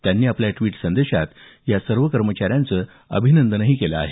त्यांनी आपल्या ड्वीट संदेशात या सर्व कर्मचाऱ्यांचं अभिनंदनही केलं आहे